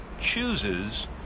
chooses